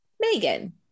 Megan